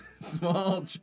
small